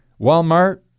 Walmart